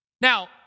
Now